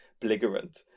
belligerent